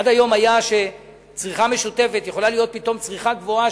עד היום צריכה משותפת יכולה להיות פתאום צריכה גבוהה,